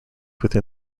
within